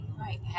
right